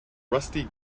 rusty